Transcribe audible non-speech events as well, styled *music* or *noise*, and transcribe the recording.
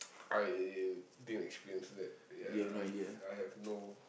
*noise* I didn't experience that ya I have no